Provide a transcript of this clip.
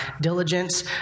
diligence